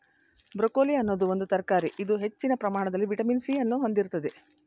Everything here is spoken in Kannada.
ಬ್ರೊಕೊಲಿ ಅನ್ನೋದು ಒಂದು ತರಕಾರಿ ಇದು ಹೆಚ್ಚಿನ ಪ್ರಮಾಣದಲ್ಲಿ ವಿಟಮಿನ್ ಸಿ ಅನ್ನು ಹೊಂದಿರ್ತದೆ